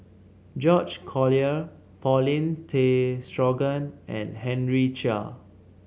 George Collyer Paulin Tay Straughan and Henry Chia